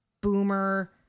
boomer